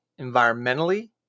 environmentally